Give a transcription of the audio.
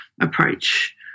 approach